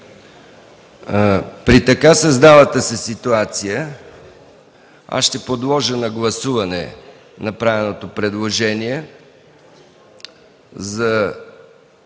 При така създалата се ситуация аз ще подложа на гласуване направеното предложение.